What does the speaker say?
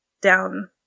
down